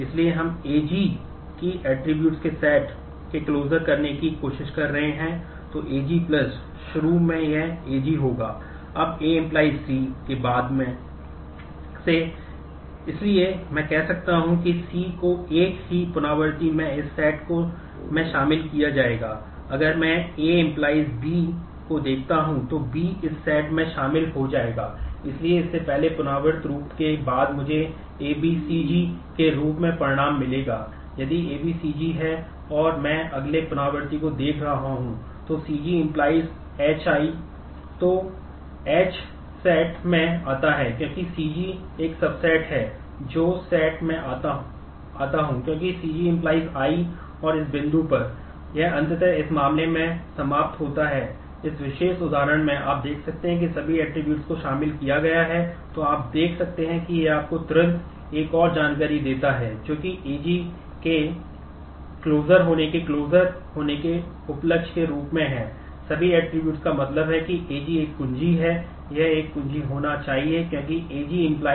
इसलिए हम AG की ऐट्रिब्यूट्स होना चाहिए क्योंकि AG →ABCGHI